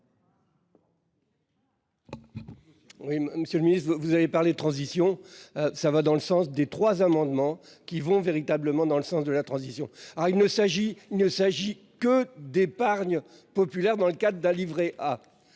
Oui, Monsieur le Ministre, vous avez parlé de transition. Ça va dans le sens des 3 amendements qui vont véritablement dans le sens de la transition. Ah il ne s'agit, il ne s'agit que d'épargne populaire dans le cadre d'un Livret A.